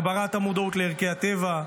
הגברת המודעות לערכי הטבע,